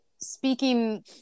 speaking